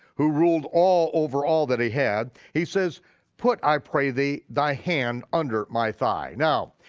who ruled all over all that he had, he says put, i pray thee, thy hand under my thigh. now,